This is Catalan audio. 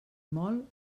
mol